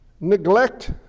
Neglect